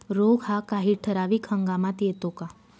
रोग हा काही ठराविक हंगामात येतो का?